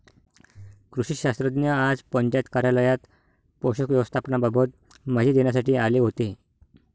कृषी शास्त्रज्ञ आज पंचायत कार्यालयात पोषक व्यवस्थापनाबाबत माहिती देण्यासाठी आले होते